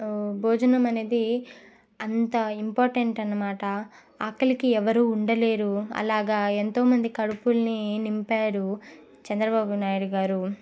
భోజనం అనేది అంత ఇంపార్టెంట్ అన్నమాట ఆకలికి ఎవరు ఉండలేరు అలాగా ఎంతో మంది కడుపులని నింపాడు చంద్రబాబు నాయుడు గారు